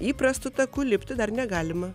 įprastu taku lipti dar negalima